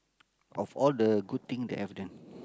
of all the good thing that I've done